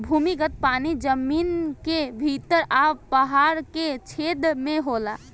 भूमिगत पानी जमीन के भीतर आ पहाड़ के छेद में होला